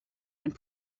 and